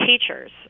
teachers